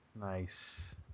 Nice